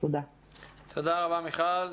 תודה רבה, מיכל.